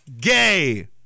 gay